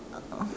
uh